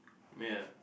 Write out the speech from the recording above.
ya